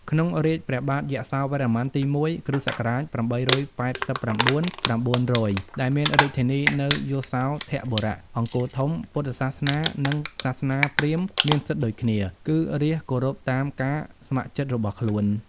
ក្នុងរាជ្យព្រះបាទយសោវរ្ម័នទី ១ (គ.ស ៨៨៩-៩០០) ដែលមានរាជធានីនៅ យសោធបុរៈ (អង្គរធំ) ពុទ្ធសាសនា និងសាសនាព្រាហ្មណ៍មានសិទ្ធិដូចគ្នា គឺ រាស្ត្រ គោរពតាមការស្ម័គ្រចិត្តរបស់ខ្លួន។